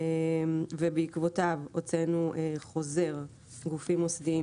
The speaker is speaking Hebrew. ובעקבותיו הוצאנו חוזר גופים מוסדיים